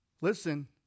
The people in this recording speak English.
Listen